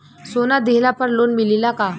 सोना दिहला पर लोन मिलेला का?